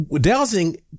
dowsing